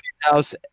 house